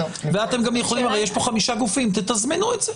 יש פה 5 גופים, תתזמנו את זה.